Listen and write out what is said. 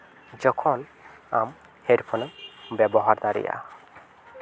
ᱡᱚᱠᱷᱚᱱ ᱟᱢ ᱦᱮᱹᱰᱯᱷᱳᱱᱮᱢ ᱵᱮᱵᱚᱦᱟᱨ ᱫᱟᱲᱮᱭᱟᱜᱼᱟ